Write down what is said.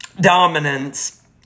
dominance